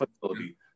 facility